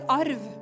arv